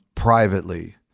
privately